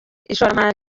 ishoramari